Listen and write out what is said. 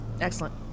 Excellent